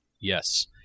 Yes